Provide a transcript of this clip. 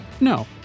No